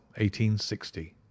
1860